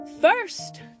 First